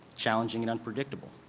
challenging and unpredictable,